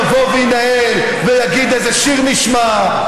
יבוא וינהל ויגיד איזה שיר נשמע,